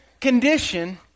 condition